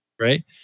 Right